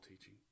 teaching